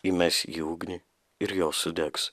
įmes į ugnį ir jos sudegs